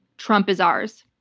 trump is ours.